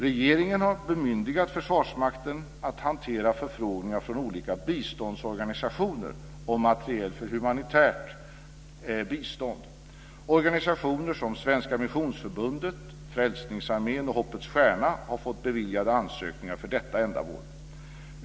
Regeringen har bemyndigat Försvarsmakten att hantera förfrågningar från olika biståndsorganisationer om materiel för humanitärt bistånd. Organisationer som Svenska Missionsförbundet, Frälsningsarmén och Hoppets Stjärna har fått ansökningar beviljade för detta ändamål.